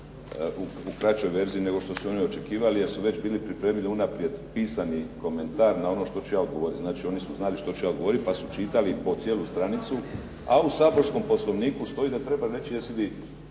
u kraćoj verziji nego što su oni očekivali jer su već bili pripremili unaprijed pisani komentar na ono što ću ja odgovorit, znači oni su znali što ću ja odgovorit pa su čitali po cijelu stranicu. A u saborskom Poslovniku stoji da treba reći jesi li